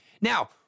now